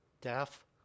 deaf